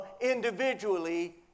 individually